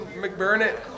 McBurnett